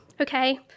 okay